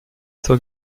zur